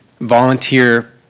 volunteer